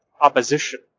opposition